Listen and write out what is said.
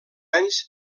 anys